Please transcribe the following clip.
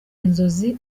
inzozi